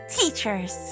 teachers